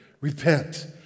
Repent